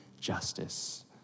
justice